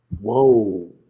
Whoa